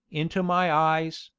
into my eyes,